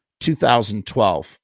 2012